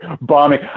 bombing